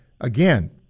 again